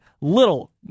Little